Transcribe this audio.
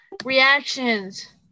reactions